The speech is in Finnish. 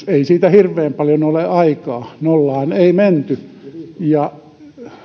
ei siitä hirveän paljon ole aikaa nollaan ei menty